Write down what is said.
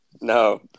No